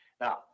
Now